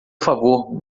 favor